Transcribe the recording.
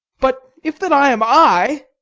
but if that i am i,